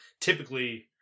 typically